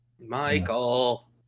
Michael